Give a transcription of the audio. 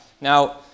Now